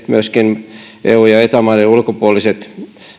myöskin eu ja eta maiden ulkopuoliset